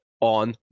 on